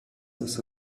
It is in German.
das